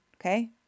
okay